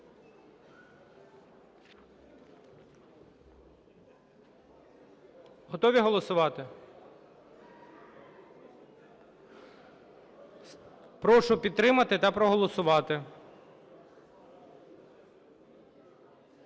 Готові голосувати? Прошу підтримати та проголосувати.